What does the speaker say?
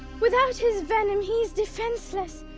without his venom he is defenseless.